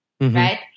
right